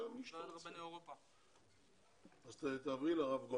אז בואו תתחילו אולי מהרב פנחס